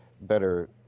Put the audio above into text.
better